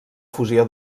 fusió